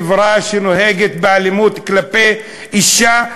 חברה שנוהגת באלימות כלפי אישה,